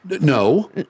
No